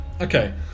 okay